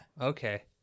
Okay